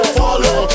follow